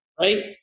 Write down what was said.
right